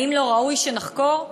האם לא ראוי שנחקור?